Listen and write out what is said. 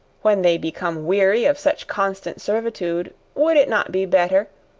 when they become weary of such constant servitude, would it not be better,